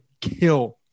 kill